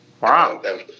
wow